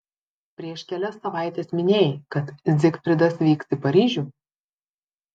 prieš kelias savaites minėjai kad zigfridas vyks į paryžių